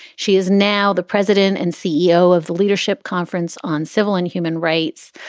she is now the president and ceo of the leadership conference on civil and human rights.